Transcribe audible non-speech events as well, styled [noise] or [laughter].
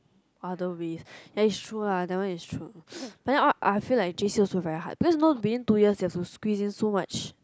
other ways and it's true ah that one is true [breath] but then I also feel that j_c also very hard you know in two years you have to squeeze in so much